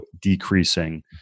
decreasing